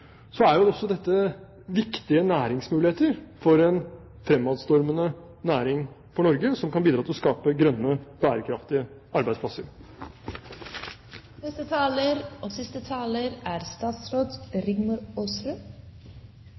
er jo også dette viktige næringsmuligheter for en fremadstormende næring for Norge som kan bidra til å skape grønne, bærekraftige